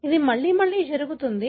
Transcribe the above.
ఇది మళ్లీ మళ్లీ జరుగుతుంది